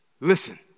listen